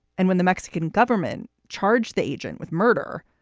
and when the mexican government charged the agent with murder,